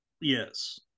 Yes